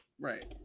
Right